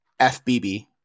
FBB